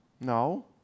No